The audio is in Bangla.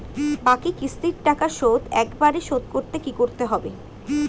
বাকি কিস্তির টাকা শোধ একবারে শোধ করতে কি করতে হবে?